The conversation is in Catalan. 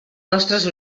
nostres